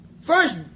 First